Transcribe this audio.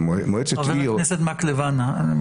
שמועצת עיר --- חבר הכנסת מקלב, אנא.